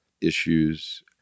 issues